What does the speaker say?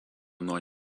nuo